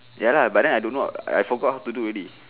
ya lah but then I do not I forgot how to do already